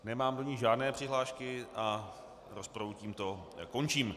Nemám do ní žádné přihlášky a rozpravu tímto končím.